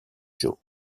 joe